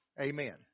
Amen